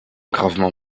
gravement